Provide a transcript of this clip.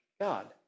God